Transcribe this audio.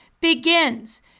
begins